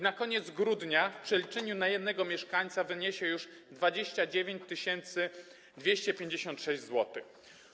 Na koniec grudnia w przeliczeniu na jednego mieszkańca wyniesie już 29 256 zł.